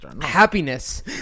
Happiness